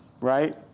right